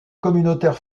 communautaire